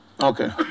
Okay